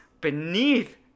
beneath